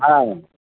हां